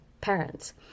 parents